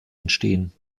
entstehen